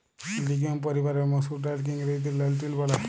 legume পরিবারের মসুর ডাইলকে ইংরেজিতে লেলটিল ব্যলে